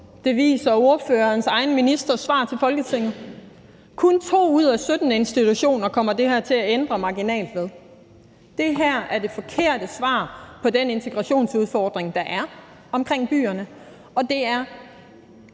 Det viser ordførerens egen ministers svar til Folketinget: Kun 2 ud af 17 institutioner kommer det her til at ændre marginalt ved. Det her er det forkerte svar på den integrationsudfordring, der er omkring byerne. Og det er